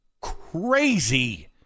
crazy